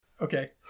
Okay